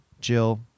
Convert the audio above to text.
Jill